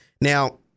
Now